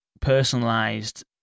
personalized